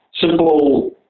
simple